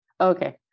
okay